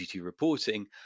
reporting